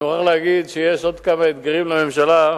אני מוכרח להגיד שיש עוד כמה אתגרים לממשלה.